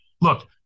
Look